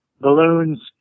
balloons